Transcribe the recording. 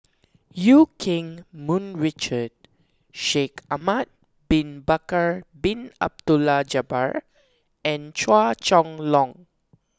Eu Keng Mun Richard Shaikh Ahmad Bin Bakar Bin Abdullah Jabbar and Chua Chong Long